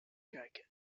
jacket